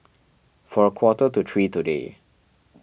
for a quarter to three today